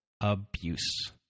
abuse